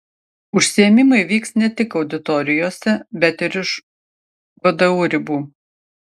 užsiėmimai vyks ne tik auditorijose bet ir už vdu ribų